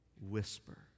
whisper